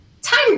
Time